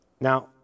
Now